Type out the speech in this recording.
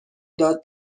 داد